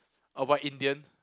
avoid Indian